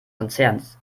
konzerns